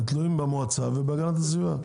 הם תלויים במועצה ובהגנת הסביבה.